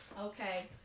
Okay